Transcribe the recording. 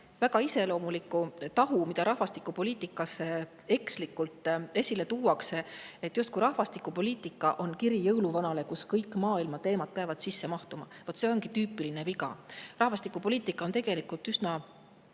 väga iseloomuliku tahu, mida rahvastikupoliitika puhul ekslikult esile tuuakse: justkui rahvastikupoliitika on kiri jõuluvanale, kuhu kõik maailma teemad peavad sisse mahtuma. Vaat see ongi tüüpiline viga. Rahvastikupoliitika on tegelikult üsna